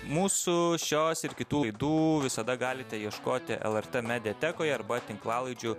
mūsų šios ir kitų laidų visada galite ieškoti lrt mediatekoje arba tinklalaidžių